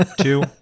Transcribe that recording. two